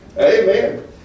Amen